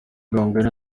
gahongayire